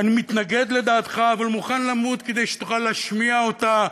אני מתנגד לדעתך אבל מוכן למות כדי שתוכל להשמיע אותה,